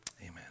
Amen